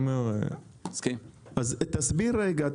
אז תסביר רגע,